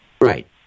Right